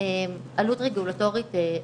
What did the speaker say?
עלות רגולטורית נוספת.